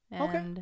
Okay